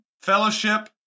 fellowship